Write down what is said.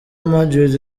madrid